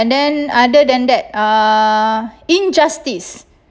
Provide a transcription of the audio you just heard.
and then other than that uh injustice